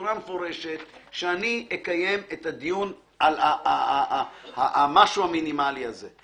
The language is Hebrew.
בצורה מפורשת על העניין הזה שאני אקיים את הדיון על המשהו המינימלי הזה.